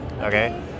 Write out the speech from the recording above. Okay